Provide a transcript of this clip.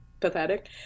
pathetic